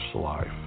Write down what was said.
life